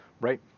right